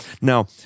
Now